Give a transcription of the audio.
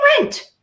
rent